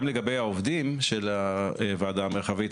גם לגבי העובדים של הוועדה המרחבית,